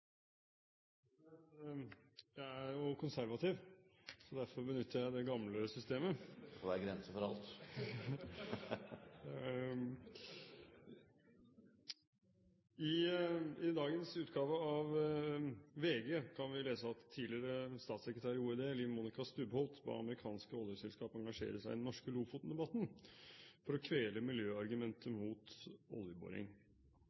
konservativ – derfor benytter jeg det gamle systemet. Det får være grenser for alt. I dagens utgave av VG kan vi lese at tidligere statssekretær i OED, Liv Monica Stubholt, ba amerikanske oljeselskap engasjere seg i den norske Lofoten-debatten for å kvele miljøargumentet